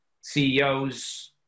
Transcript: CEOs